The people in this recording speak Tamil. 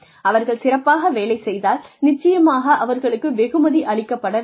அவர்கள் சிறப்பாக வேலை செய்தால் நிச்சயமாக அவர்களுக்கு வெகுமதி அளிக்கப்பட வேண்டும்